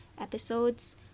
episodes